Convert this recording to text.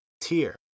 tier